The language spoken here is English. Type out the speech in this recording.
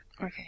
Okay